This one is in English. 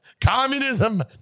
Communism